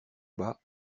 bas